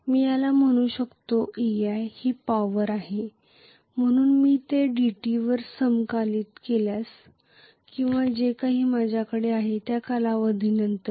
मी याला म्हणू शकतो ei ही पॉवर आहे म्हणून मी ते dt वर समाकलित केल्यास किंवा जे काही माझ्याकडे आहे त्या कालावधीनंतर